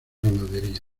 ganadería